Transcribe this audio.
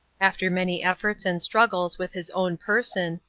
after many efforts and struggles with his own person,